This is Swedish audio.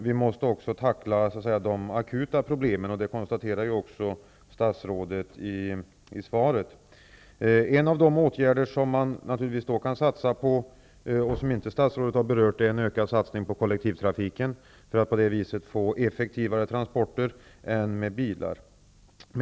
Vi måste även tackla de akuta problemen, och det konstaterar också statsrådet i svaret. En av de åtgärder som naturligtvis kan vidtas och som statsrådet inte har berört är en ökad satsning på kollektivtrafiken för att på det viset få effektivare transporter än med bilar.